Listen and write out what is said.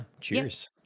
Cheers